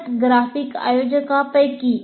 प्रगत ग्राफिक आयोजकांपैकी